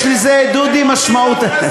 יש לזה, דודי, משמעות.